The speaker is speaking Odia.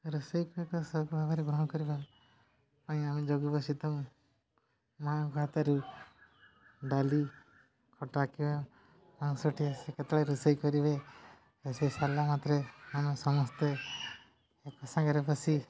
ରୋଷେଇ କରିବା ସଉକ ଭାବରେ ଗ୍ରହଣ କରିବା ପାଇଁ ଆମେ ଜଗି ବସିଥାଉ ମାଆ'ଙ୍କ ହାତରୁ ଡାଲି ଖଟା କିମ୍ବା ମାଂସ ଟିଏ ସେ କେତେବେଳେ ରୋଷେଇ କରିବେ ରୋଷେଇ ସାରିଲା ମାତ୍ରେ ଆମେ ସମସ୍ତେ ଏକା ସାଙ୍ଗରେ ବସି